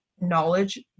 knowledge